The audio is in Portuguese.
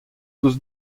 dos